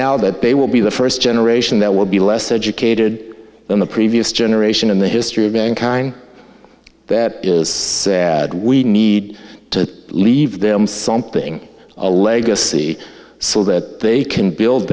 now that they will be the first generation that will be less educated than the previous generation in the history of mankind that we need to leave them something a legacy so that they can build